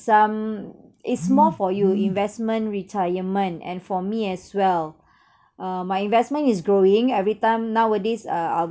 some it's more for you investment retirement and for me as well uh my investment is growing every time nowadays uh I'll